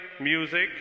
music